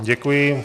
Děkuji.